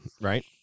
Right